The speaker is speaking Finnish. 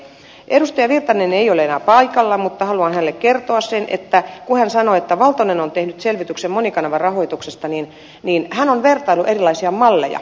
edustaja virtanen ei ole enää paikalla mutta haluan hänelle kertoa sen että kun hän sanoi että valtonen on tehnyt selvityksen monikanavarahoituksesta niin tämä on vertaillut erilaisia malleja